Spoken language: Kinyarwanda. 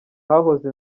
hahoze